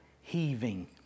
heaving